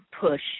push